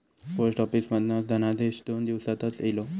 post office मधना धनादेश दोन दिवसातच इलो